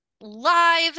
live